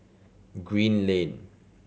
Green Lane